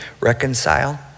reconcile